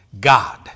God